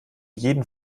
jeden